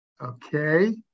Okay